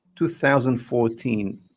2014